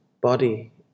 body